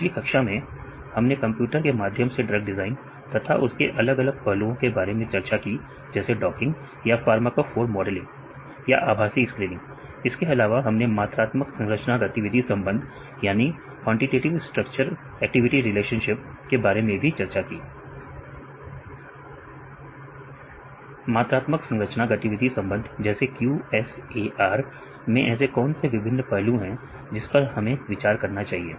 पिछली कक्षा में हमने कंप्यूटर के माध्यम से ड्रग डिजाइन तथा उसके अलग अलग पहलुओं के बारे में चर्चा की जैसे डकिंग या फार्माकोफार मॉडलिंग या आभासी स्क्रीनिंग इसके अलावा हमने मात्रात्मक संरचना गतिविधि संबंध quantitative structure मात्रात्मक संरचना गतिविधि संबंध जैसे QSAR में ऐसे कौन से विभिन्न पहलू हैं जिस पर हमें विचार करना चाहिए